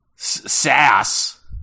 sass